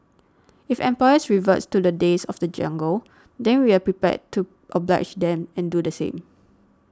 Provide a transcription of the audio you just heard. if employers reverts to the days of the jungle then we are prepared to oblige them and do the same